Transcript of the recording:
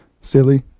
silly